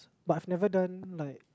but I've never done like